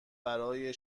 برای